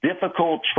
difficult